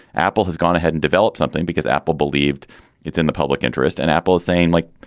apple has gone ahead and developed something because apple believed it's in the public interest. and apple is saying, like,